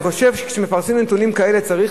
אני חושב שכשמפרסמים נתונים כאלה באמת צריך